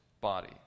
body